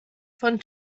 von